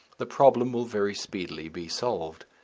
the problem will very speedily be solved.